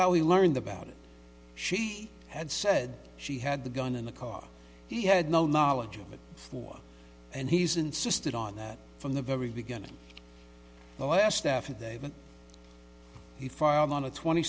how he learned about it she had said she had the gun in the car he had no knowledge of it before and he's insisted on that from the very beginning the last affidavit he filed on the twenty